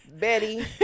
Betty